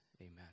amen